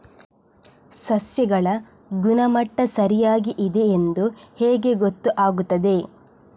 ಸಸ್ಯಗಳ ಗುಣಮಟ್ಟ ಸರಿಯಾಗಿ ಇದೆ ಎಂದು ಹೇಗೆ ಗೊತ್ತು ಆಗುತ್ತದೆ?